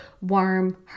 warm